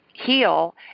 heal